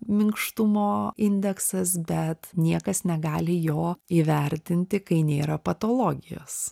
minkštumo indeksas bet niekas negali jo įvertinti kai nėra patologijos